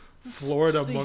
Florida